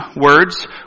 words